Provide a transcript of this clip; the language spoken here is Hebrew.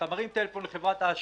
אתה מרים טלפון לחברת האשראי.